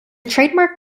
trademark